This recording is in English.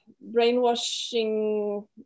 brainwashing